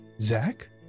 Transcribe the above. Zach